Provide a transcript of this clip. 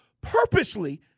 purposely